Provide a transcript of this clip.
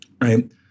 right